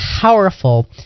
powerful